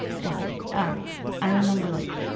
anyway, um i remember, like,